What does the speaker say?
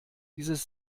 dieses